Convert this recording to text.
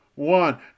One